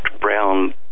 brown